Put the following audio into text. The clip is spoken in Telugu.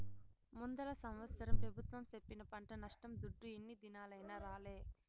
ముందల సంవత్సరం పెబుత్వం సెప్పిన పంట నష్టం దుడ్డు ఇన్ని దినాలైనా రాలే